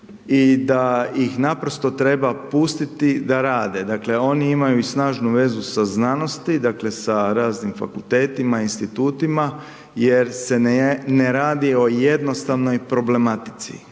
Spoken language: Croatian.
i da ih naprosto treba pustiti da rade. Dakle, oni imaju i snažnu vezu sa znanosti, dakle sa raznim fakultetima i institutima jer se ne radi o jednostavnoj problematici,